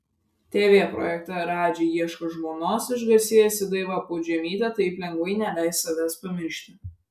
tv projekte radži ieško žmonos išgarsėjusi daiva pudžemytė taip lengvai neleis savęs pamiršti